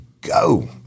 go